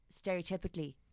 stereotypically